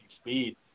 speed